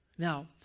Now